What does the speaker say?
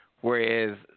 whereas